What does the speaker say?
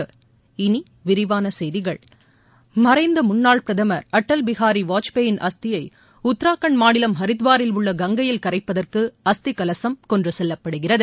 இனி விரிவான செய்திகள் மறைந்த முன்னாள் பிரதமர் அடல் பிகாரி வாஜ்பாயின் அஸ்தியை உத்ரகாண்ட் மாநிலம் ஹரித்வாரில் உள்ள கங்கையில் கரைப்பதற்கு அஸ்தி கலசம் கொண்டு செல்லப்படுகிறது